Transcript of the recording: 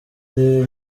uri